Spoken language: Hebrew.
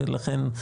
לכן,